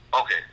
Okay